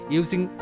using